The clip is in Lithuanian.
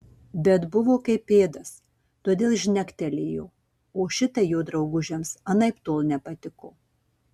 bet buvo kaip pėdas todėl žnektelėjo o šitai jo draugužiams anaiptol nepatiko